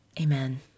Amen